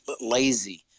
lazy